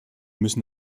müssen